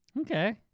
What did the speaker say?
Okay